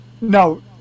No